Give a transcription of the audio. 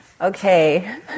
okay